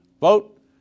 vote